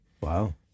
Wow